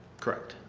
correct.